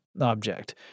object